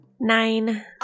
Nine